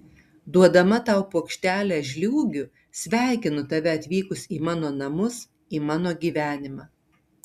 duodama tau puokštelę žliūgių sveikinu tave atvykus į mano namus į mano gyvenimą